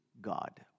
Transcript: God